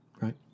Right